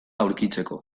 aurkitzeko